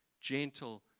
gentle